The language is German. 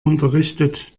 unterrichtet